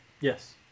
Yes